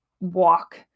walk